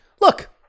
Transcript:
Look